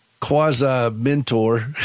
quasi-mentor